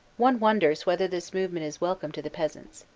one wonders whether this movement is welcome to the peasants.